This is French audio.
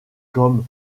comme